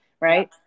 right